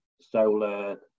solar